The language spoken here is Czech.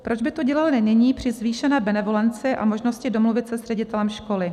Proč by to dělali nyní při zvýšené benevolenci a možnosti domluvit se s ředitelem školy?